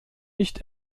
nicht